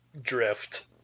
drift